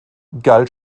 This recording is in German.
galt